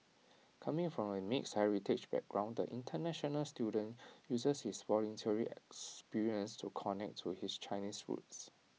coming from A mixed heritage background the International student uses his volunteering experience to connect to his Chinese roots